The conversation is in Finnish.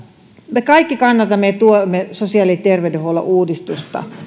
me kaikki kannatamme ja tuemme sosiaali ja terveydenhuollon uudistusta